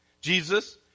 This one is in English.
Jesus